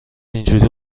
اینجوری